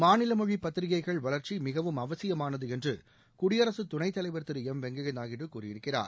மாநில மொழி பத்திரிக்கைகள் வளர்ச்சி மிகவும் அவசியமானது என்று குடியரசு துணைத்தலைவர் திரு எம் வெங்கையா நாயுடு கூறியிருக்கிறார்